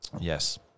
Yes